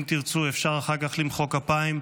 אם תרצו, אפשר אחר כך למחוא כפיים.